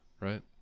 Right